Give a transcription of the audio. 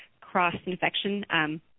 cross-infection